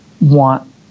want